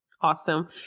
Awesome